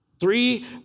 Three